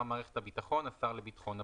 "מערכת הביטחון" השר לביטחון הפנים.